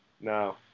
No